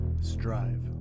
strive